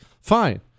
fine